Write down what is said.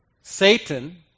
Satan